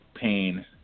pain